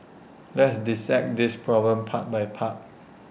let's dissect this problem part by part